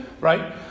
right